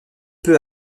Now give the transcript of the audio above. peu